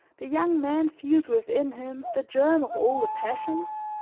the young man feels within him the germ of all the passions?